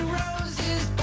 roses